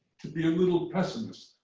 to be a little pessimistic.